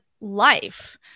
life